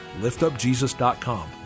liftupjesus.com